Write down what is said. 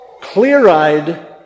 clear-eyed